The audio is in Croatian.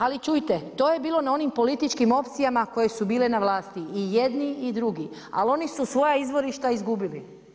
Ali čujte, to je bilo na onim političkim opcijama koje su bile na vlasti i jedni i drugi ali oni su svoja izvorišta izgubili.